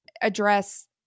address